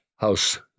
House